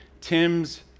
Tim's